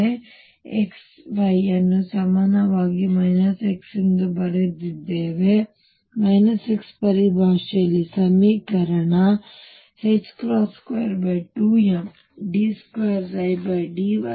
ಆದ್ದರಿಂದ ನಾವು x y ಅನ್ನು ಸಮವಾಗಿ x ಎಂದು ಬರೆದಿದ್ದೇವೆ ಮತ್ತು ಆದ್ದರಿಂದ x ಪರಿಭಾಷೆಯಲ್ಲಿ ಸಮೀಕರಣ 22md2dy2V yyEψy